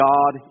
God